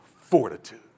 fortitude